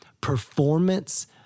performance